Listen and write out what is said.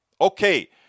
Okay